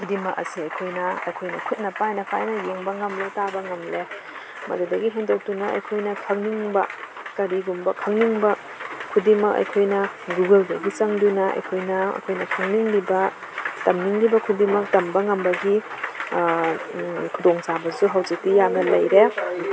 ꯈꯨꯗꯤꯡꯃꯛ ꯑꯁꯦ ꯑꯩꯈꯣꯏꯅ ꯑꯩꯈꯣꯏꯅ ꯈꯨꯠꯅ ꯄꯥꯏꯅ ꯄꯥꯏꯅ ꯌꯦꯡꯕ ꯉꯝꯂꯦ ꯇꯥꯕ ꯉꯝꯂꯦ ꯃꯗꯨꯗꯒꯤ ꯍꯦꯟꯗꯣꯛꯇꯨꯅ ꯑꯩꯈꯣꯏꯅ ꯈꯪꯅꯤꯡꯕ ꯀꯔꯤꯒꯨꯝꯕ ꯈꯪꯅꯤꯡꯕ ꯈꯨꯗꯤꯡꯃꯛ ꯑꯩꯈꯣꯏꯅ ꯒꯨꯒꯜꯗꯒꯤ ꯆꯪꯗꯨꯅ ꯑꯩꯈꯣꯏꯅ ꯑꯩꯈꯣꯏꯅ ꯈꯪꯅꯤꯡꯂꯤꯕ ꯇꯝꯅꯤꯡꯂꯤꯕ ꯈꯨꯗꯤꯡꯃꯛ ꯇꯝꯕ ꯉꯝꯕꯒꯤ ꯈꯨꯗꯣꯡ ꯆꯥꯕꯁꯨ ꯍꯧꯖꯤꯛꯇꯤ ꯌꯥꯝꯅ ꯂꯩꯔꯦ